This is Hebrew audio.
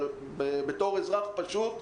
אבל בתוך אזרח פשוט,